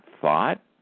thought